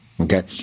okay